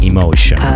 Emotion